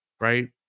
right